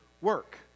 work